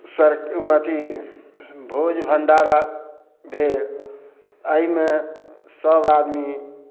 sir sir अथी भोज भंडारा भेल एहिमे सभ आदमी